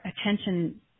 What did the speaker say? attention